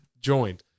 joined